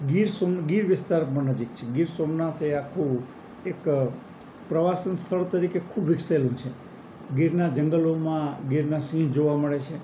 ગીર ગીર વિસ્તાર પણ નજીક છે ગીર સોમનાથ એ આખું એક પ્રવાસ સ્થળ તરીકે ખૂબ વિકસેલું છે ગીરનાં જંગલોમાં ગીરના સિંહ જોવા મળે છે